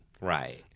Right